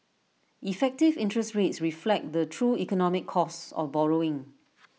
effective interest rates reflect the true economic cost of borrowing